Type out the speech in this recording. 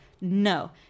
no